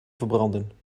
verbranden